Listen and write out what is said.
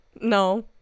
No